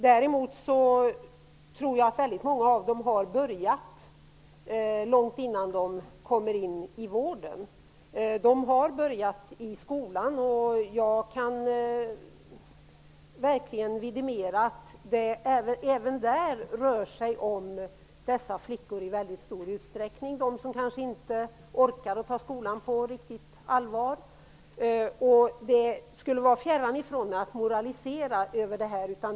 Däremot tror jag att väldigt många av dem har börjat att röka långt innan de kommer in i vården. De har börjat röka redan i skolan. Jag kan verkligen vidimera att det även där i väldigt stor utsträckning rör sig om dessa flickor. Det är de som kanske inte orkar att ta skolan riktigt på allvar. Det skulle vara mig fjärran att moralisera över detta.